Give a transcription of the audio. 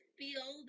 feel